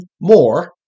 more